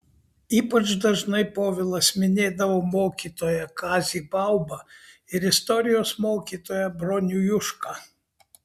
ypač dažnai povilas minėdavo mokytoją kazį baubą ir istorijos mokytoją bronių jušką